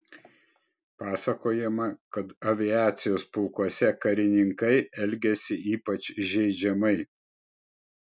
pasakojama kad aviacijos pulkuose karininkai elgėsi ypač įžeidžiamai